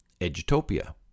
Edutopia